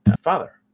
father